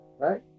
right